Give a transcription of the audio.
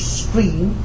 scream